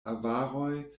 avaroj